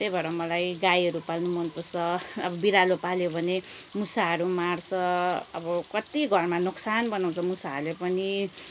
त्यही भएर मलाई गाईहरू पाल्नु मनपर्छ अब बिरालो पाल्यो भने मुसाहरू मार्छ अब कत्ति घरमा नोक्सान बनाउँछ मुसाहरूले पनि